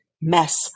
mess